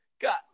God